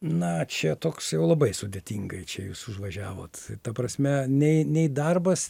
na čia toks jau labai sudėtingai čia jūs užvažiavot ta prasme nei nei darbas